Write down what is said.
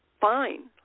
Fine